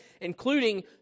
including